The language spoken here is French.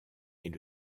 est